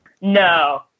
No